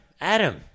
Adam